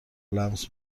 لمس